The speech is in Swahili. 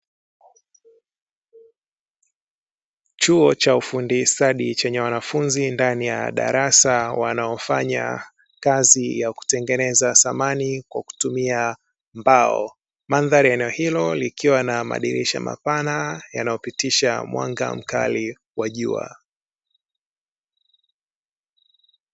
Chuo cha ufundi stadi chenye wanafunzi ndani ya darasa wanaofanya kazi ya kutengeneza samani kwa kutumia mbao. Mandhari ya eneo hilo likiwa na madirisha mapana yanayopitisha mwanga mkali wa jua.